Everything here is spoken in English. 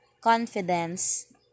confidence